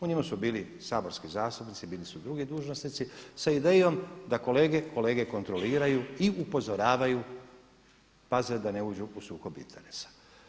U njima su bili saborski zastupnici, bili su drugi dužnosnici sa idejom da kolege, kolege kontroliraju i upozoravaju, paze da ne uđu u sukob interesa.